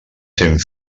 sent